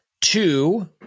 Two